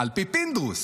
על פי פינדרוס,